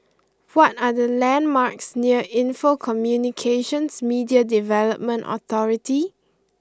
what are the landmarks near Info Communications Media Development Authority